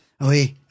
Oui